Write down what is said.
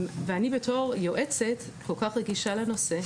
אני בתור יועצת כל כך רגישה לנושא.